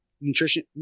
nutrition